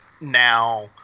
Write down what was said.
now